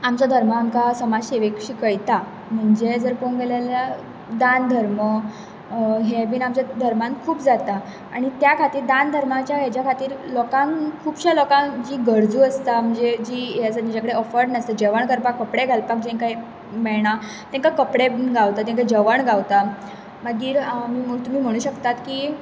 आमचो धर्म आमकां समाज शेवेक शिकयता म्हणजे जर पोंग गेलेल्या दान धर्म हें बी आमच्या धर्मान खूब जाता आनी त्या खातीर दान धर्माच्या हाज्या खातीर लोकांक खुबशा लोकांक जी गरजो आसता म्हणजे जी हें आसा ज्या कडेन अफॉड नासता जेवण करपाक कपडे घालपाक जांकां मेळणा तांकां कपडे बी गावता तांकां जेवण गावता मागीर आम तुमी म्हणू शकतात की